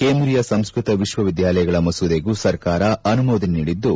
ಕೇಂದ್ರೀಯ ಸಂಸ್ಕತ ವಿಶ್ವವಿದ್ಯಾಲಯಗಳ ಮಸೂದೆಗೂ ಸರ್ಕಾರ ಅನುಮೋದನೆ ನೀಡಿದ್ದು